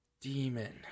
demon